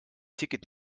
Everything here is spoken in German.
ticket